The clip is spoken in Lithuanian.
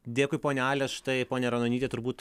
dėkui ponia ale štai ponia ranonyte turbūt